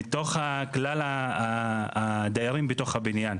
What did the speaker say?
מתוך כלל הדיירים בתוך הבניין.